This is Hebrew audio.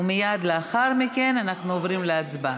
ומייד לאחר מכן אנחנו עוברים להצבעה.